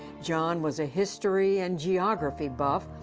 jan was a history and geography buff,